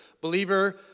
believer